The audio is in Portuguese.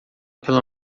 pelo